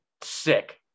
Sick